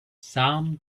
sum